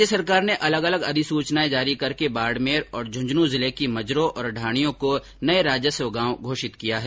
राज्य सरकार ने अलग अलग अधिसूचनाएं जारी करके बाड़मेर और झुंझुनू जिले के मजरों तथा ढाणियों को नये राजस्व गांव घोषित किया है